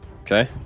Okay